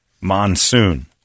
Monsoon